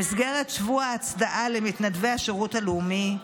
במסגרת שבוע ההצדעה למתנדבי השירות הלאומי,